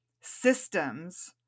systems